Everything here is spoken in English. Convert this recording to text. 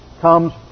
comes